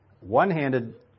One-handed